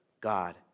God